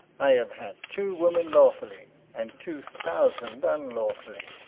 i have had two women lawfully, and two thousand unlawfully,